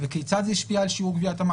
וכיצד זה השפיע על שיעור גביית המס.